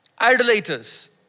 idolaters